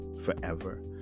forever